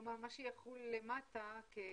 כלומר מה שיחול למטה הוא